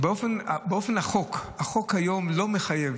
החוק היום לא מחייב